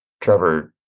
trevor